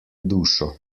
dušo